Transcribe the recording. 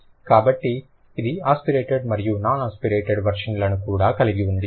కాబట్టి ఇది ఆస్పిరేటెడ్ మరియు నాన్ ఆస్పిరేటెడ్ వెర్షన్లను కూడా కలిగి ఉంది